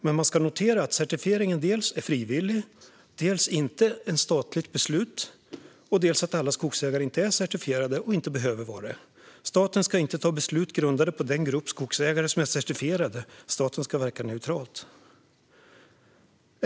Man ska dock notera dels att certifieringen är frivillig och inte är ett statligt beslut, dels att alla skogsägare inte är certifierade och inte behöver vara det. Staten ska inte ta beslut grundade på den grupp skogsägare som är certifierade, utan staten ska verka neutralt.